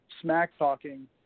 smack-talking